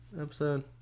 episode